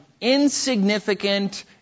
insignificant